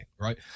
right